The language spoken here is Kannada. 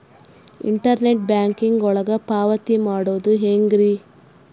ಇಂಟರ್ನೆಟ್ ಬ್ಯಾಂಕಿಂಗ್ ಒಳಗ ಪಾವತಿ ಮಾಡೋದು ಹೆಂಗ್ರಿ?